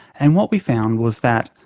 and what we found was that,